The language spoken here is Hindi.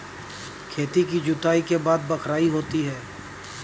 खेती की जुताई के बाद बख्राई होती हैं?